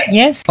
yes